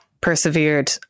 persevered